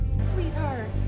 Sweetheart